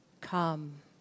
come